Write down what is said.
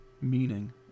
meaning